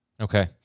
Okay